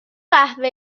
قهوه